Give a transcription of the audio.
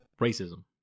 racism